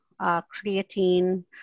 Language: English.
creatine